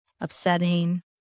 upsetting